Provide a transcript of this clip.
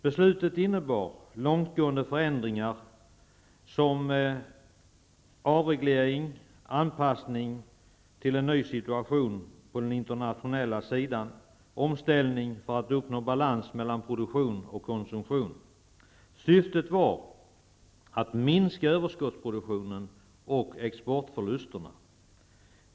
Beslutet innebar långtgående förändringar såsom avreglering, anpassning till en ny situation på den internationella marknaden samt omställning för att uppnå balans mellan produktion och konsumtion. Syftet var att minska överskottsproduktionen och exportförlusterna.